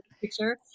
picture